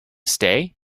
stay